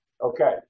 Okay